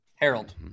Harold